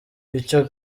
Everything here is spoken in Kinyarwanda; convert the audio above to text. icya